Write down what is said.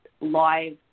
live